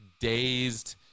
dazed